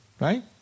right